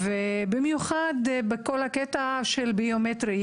במיוחד בכל הקטע של ביומטרי,